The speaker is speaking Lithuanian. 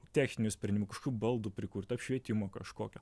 techninių sprendimų kažkokių baldų prikurt apšvietimo kažkokio